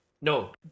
No